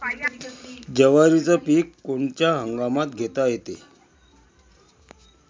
जवारीचं पीक कोनच्या हंगामात घेता येते?